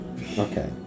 Okay